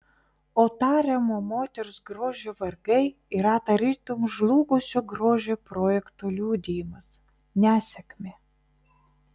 o tariamo moters grožio vargai yra tarytum žlugusio grožio projekto liudijimas nesėkmė